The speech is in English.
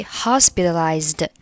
hospitalized